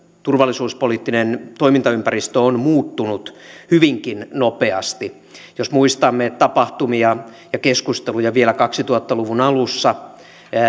turvallisuuspoliittinen toimintaympäristö on muuttunut hyvinkin nopeasti jos muistamme tapahtumia ja keskusteluja vielä kaksituhatta luvun alussa